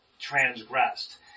transgressed